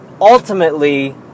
ultimately